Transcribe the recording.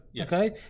okay